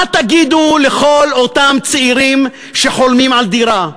מה תגידו לכל אותם צעירים שחולמים על דירה?